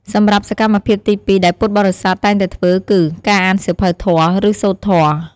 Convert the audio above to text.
សម្រាប់សកម្មភាពទីពីរដែលពុទ្ធបរិស័ទតែងតែធ្វើគឺ ការអានសៀវភៅធម៌ ឬ សូត្រធម៌។